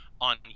on